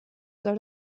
soll